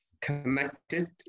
Connected